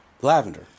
lavender